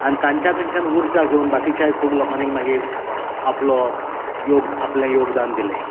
आनी ताच्यां कडच्यान उर्जा घेवन बाकीच्या खूब लोकांनी मागीर आपलो आपले योगदान दिलें